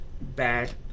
bad